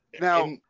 now